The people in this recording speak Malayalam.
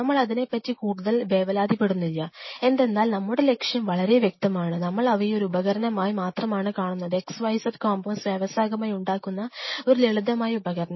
നമ്മൾ അതിനെ പറ്റി കൂടുതൽ വേവലാതിപ്പെടുന്നില്ല എന്തെന്നാൽ നമ്മുടെ ലക്ഷ്യം വളരെ വ്യക്തമാണ് നമ്മൾ അവയെ ഒരു ഉപകരണമായി മാത്രമാണ് കാണുന്നത് xyz കോമ്പൌണ്ടസ് വ്യാവസായികമായി ഉണ്ടാക്കുന്ന ഒരു ലളിതമായ ഉപകരണം